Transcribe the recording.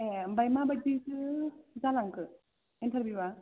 ए ओमफ्राय मा बादिथो जालांखो एन्टारभिउया